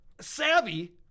savvy